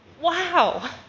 Wow